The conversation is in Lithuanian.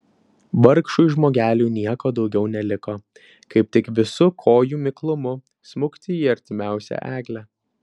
vargšui žmogeliui nieko daugiau neliko kaip tik visu kojų miklumu smukti į artimiausią eglę